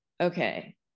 okay